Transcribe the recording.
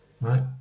right